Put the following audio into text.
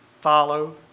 follow